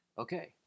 Okay